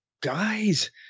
guys